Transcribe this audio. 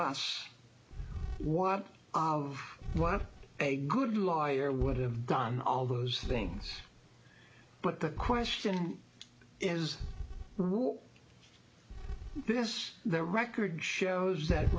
us what what a good lawyer would have done all those things but the question is this the record shows that